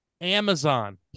Amazon